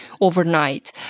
overnight